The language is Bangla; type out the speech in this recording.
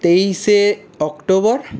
তেইশে অক্টোবর